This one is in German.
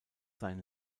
sein